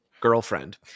girlfriend